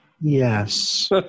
Yes